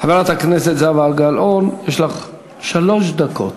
חברת הכנסת זהבה גלאון, יש לך שלוש דקות